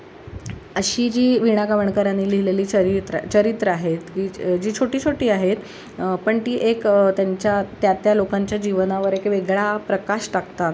अशी जी वीणा गावणकरांनी लिहिलेली चरित्रं चरित्रं आहेत की जर जी छोटी छोटी आहेत पण ती एक त्यांच्या त्या त्या लोकांच्या जीवनावर एक वेगळा प्रकाश टाकतात